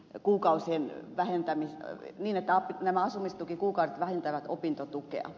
jo kuukausien vähentäminen niin että asumistukikuukaudet vähentävät opintotukea